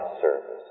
service